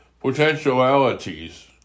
potentialities